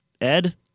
ed